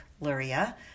Luria